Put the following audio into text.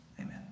Amen